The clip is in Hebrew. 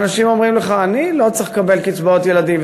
אנשים אומרים לך: אני לא צריך לקבל קצבאות ילדים.